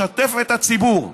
לשתף את הציבור,